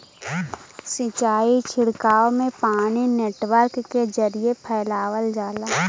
सिंचाई छिड़काव में पानी नेटवर्क के जरिये फैलावल जाला